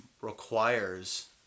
requires